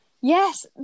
Yes